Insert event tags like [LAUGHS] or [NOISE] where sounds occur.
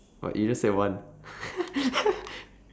but you just said one [LAUGHS]